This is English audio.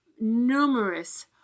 numerous